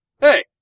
hey